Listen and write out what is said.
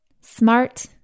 smart